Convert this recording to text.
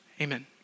Amen